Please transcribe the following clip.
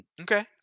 Okay